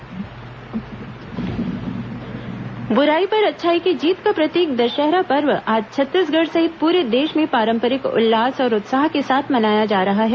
विजयादशमी बुराई पर अच्छाई की जीत का प्रतीक दशहरा पर्व आज छत्तीसगढ़ सहित पूरे देश में पारंपरिक उल्लास और उत्साह के साथ मनाया जा रहा है